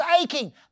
aching